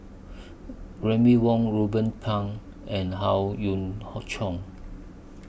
Remy Ong Ruben Pang and Howe Yoon Hoon Chong